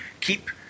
keep